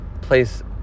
Place